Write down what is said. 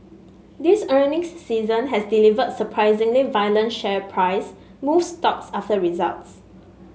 this earnings season has delivered surprisingly violent share price moves stocks after results